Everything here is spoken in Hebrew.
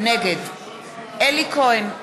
נגד אלי כהן,